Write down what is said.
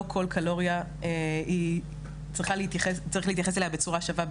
לא כל קלוריה היא צריך להתייחס אליה בצורה שווה,